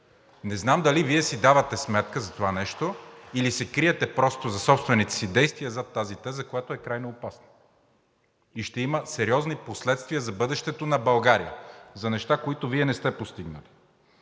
Не знам дали Вие си давате сметка за това нещо, или се криете просто за собствените си действия зад тази теза, която е крайноопасна и ще има сериозни последствия за бъдещето на България за неща, които Вие не сте постигнали.